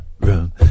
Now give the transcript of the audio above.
room